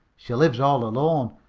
she lives all alone,